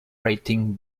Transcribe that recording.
rating